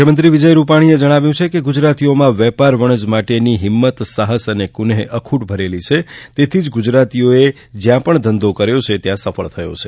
મુખ્યમંત્રી વિજય રૂપાણીએ જણાવ્યું છે કે ગુજરાતીઓમાં વેપાર વણજ માટેની હિંમત સાહસ કૂનેહ અખૂટ ભરેલી છે તેથી જ ગુજરાતીએ જ્યાં પણ ધંધો કર્યો ત્યાં સફળ થયો છે